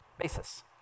basis